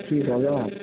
पच्चीस हजार